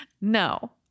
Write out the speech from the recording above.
No